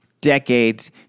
decades